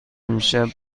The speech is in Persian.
امشب